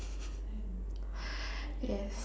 yes